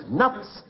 nuts